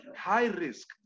high-risk